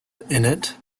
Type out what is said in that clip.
innit